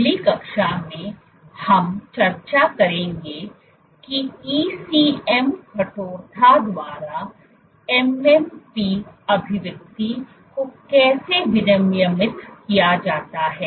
अगली कक्षा में हम चर्चा करेंगे कि ECM कठोरता द्वारा MMP अभिव्यक्ति को कैसे विनियमित किया जाता है